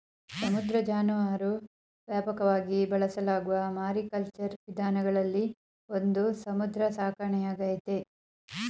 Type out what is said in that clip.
ಸಮುದ್ರ ಜಾನುವಾರು ವ್ಯಾಪಕವಾಗಿ ಬಳಸಲಾಗುವ ಮಾರಿಕಲ್ಚರ್ ವಿಧಾನಗಳಲ್ಲಿ ಒಂದು ಸಮುದ್ರ ಸಾಕಣೆಯಾಗೈತೆ